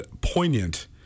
poignant